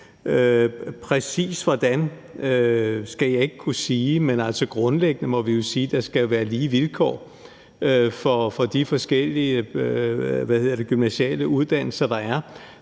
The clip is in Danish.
præcis hvordan skal jeg ikke kunne sige, men grundlæggende må vi jo sige, at der skal være lige vilkår for de forskellige gymnasiale uddannelser, der er.